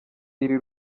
iri